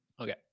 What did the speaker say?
Okay